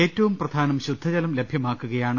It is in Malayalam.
ഏറ്റവും പ്രധാനം ശുദ്ധജലം ലഭ്യമാക്കുകയാണ്